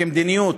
כמדיניות,